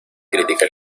crítica